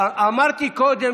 אמרתי קודם